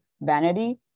vanity